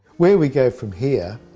where we go from here,